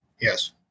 Yes